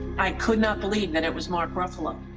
i could not believe that it was mark ruffalo.